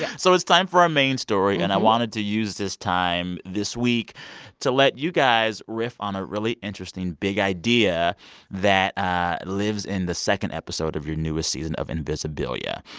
yeah so it's time for our main story, and i wanted to use this time this week to let you guys riff on a really interesting big idea that ah lives in the second episode of your newest season of invisibilia.